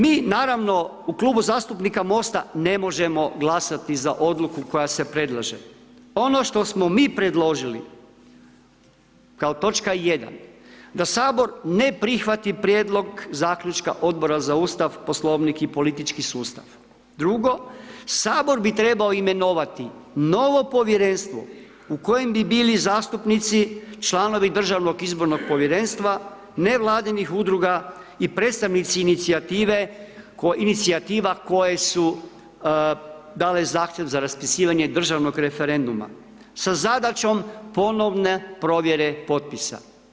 Mi naravno u Klubu zastupnika MOST-a ne možemo glasati za odluku koja se predlaže, ono što smo mi predložili kao točka 1. da sabor ne prihvati prijedlog zaključka Odbora za Ustav, Poslovnik i politički sustav, 2. sabor bi trebao imenovati novo povjerenstvo u kojem bi bili zastupnici, članovi državnog izbornog povjerenstva, nevladinih udruga i predstavnici inicijative, inicijativa koje su dale zahtjev za raspisivanje državnog referenduma, sa zadaćom ponovne provjere potpisa.